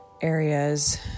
areas